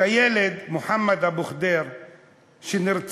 את הילד מוחמד אבו ח'דיר שנרצח